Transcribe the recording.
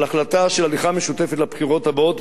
על החלטה של הליכה משותפת לבחירות הבאות,